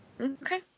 Okay